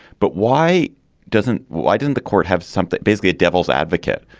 but why doesn't why didn't the court have something, basically a devil's advocate,